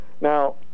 Now